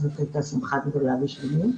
זאת הייתה שמחה גדולה שלי.